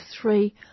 three